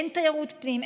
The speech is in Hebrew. אין תיירות פנים,